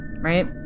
right